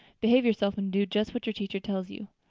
behave yourself and do just what your teacher tells you.